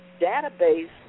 database